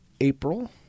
April